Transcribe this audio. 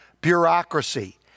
bureaucracy